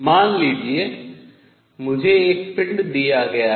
मान लीजिए मुझे एक पिंड दिया गया है